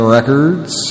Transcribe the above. Records